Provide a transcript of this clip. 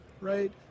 right